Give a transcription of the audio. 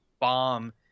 bomb